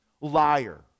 liar